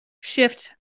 shift